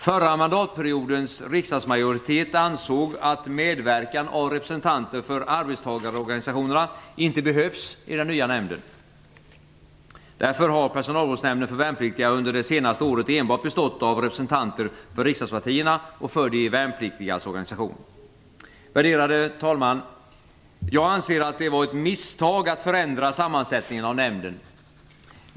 Förra mandatperiodens riksdagsmajoritet ansåg att medverkan av representanter för arbetstagarorganisationerna inte behövs i den nya nämnden. Därför har Personalvårdsnämnden för värnpliktiga under det senaste året enbart bestått av representanter för riksdagspartierna och för de värnpliktigas organisation. Värderade talman! Jag anser att det var ett misstag att förändra sammansättningen av nämnden.